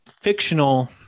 fictional